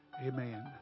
Amen